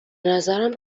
نظرم